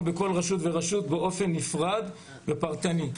בכל רשות ורשות באופן נפרד ופרטני.